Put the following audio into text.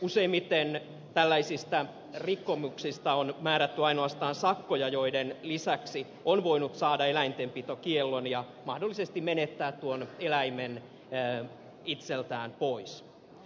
useimmiten tällaisista rikkomuksista on määrätty ainoastaan sakkoja joiden lisäksi on voinut saada eläintenpitokiellon ja mahdollisesti on voinut menettää tuon eläimen itseltään pois